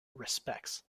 respects